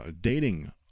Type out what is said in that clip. dating